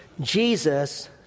Jesus